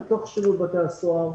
בתוך שירות בתי הסוהר,